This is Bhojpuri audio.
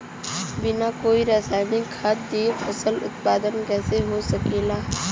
बिना कोई रसायनिक खाद दिए फसल उत्पादन कइसे हो सकेला?